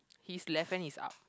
his left hand is up